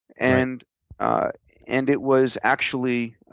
and and it was actually